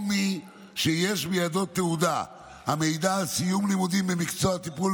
או מי שיש בידו תעודה המעידה על סיום לימודים במקצוע טיפול